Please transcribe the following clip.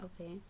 Okay